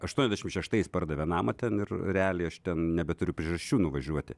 aštuoniasdešimt šeštais pardavė namą ten ir realiai aš ten nebeturiu priežasčių nuvažiuoti